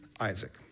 Isaac